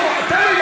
נו, תן לי